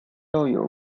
校友